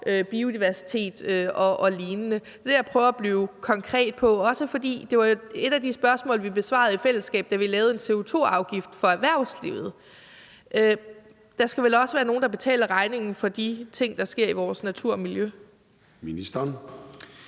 biodiversitet og lignende? Det vil jeg prøve at blive konkret på, også fordi det jo var et af de spørgsmål, vi besvarede i fællesskab, da vi lavede en CO2-afgift for erhvervslivet. Der skal vel også være nogen, der betaler regningen for de ting, der sker i vores natur og miljø. Kl.